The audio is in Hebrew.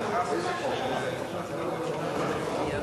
יודע על,